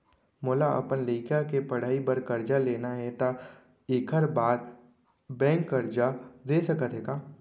मोला अपन लइका के पढ़ई बर करजा लेना हे, त एखर बार बैंक करजा दे सकत हे का?